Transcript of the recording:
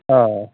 ହଁ